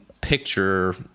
picture